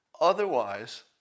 Otherwise